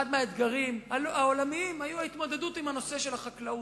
אחד האתגרים העולמיים היה ההתמודדות עם הנושא של החקלאות.